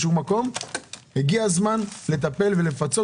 הגיע הזמן לטפל ולפצות,